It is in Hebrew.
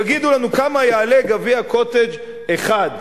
תגידו לנו כמה יעלה גביע "קוטג'" אחד,